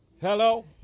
Hello